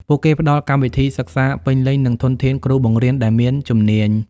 ពួកគេផ្តល់កម្មវិធីសិក្សាពេញលេញនិងធនធានគ្រូបង្រៀនដែលមានជំនាញ។